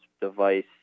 device